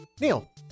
Neil